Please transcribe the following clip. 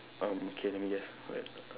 um okay let me guess wait